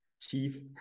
chief